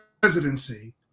presidency